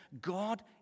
God